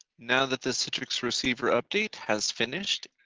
now that the citrix receiver update has finished,